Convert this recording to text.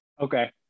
Okay